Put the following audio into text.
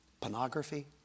pornography